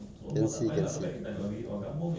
you can try ah tapi kalau